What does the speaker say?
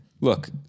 Look